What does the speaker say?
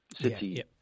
City